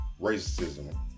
racism